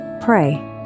pray